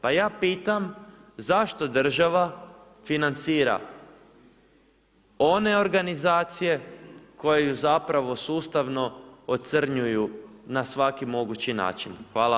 Pa ja pitam zašto država financira one organizacije koje ju zapravo ocrnjuju na svaki mogući način?